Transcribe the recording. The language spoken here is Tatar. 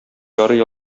ярый